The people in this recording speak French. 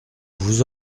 vous